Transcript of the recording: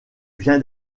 vient